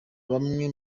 bamwe